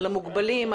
על המוגבלים,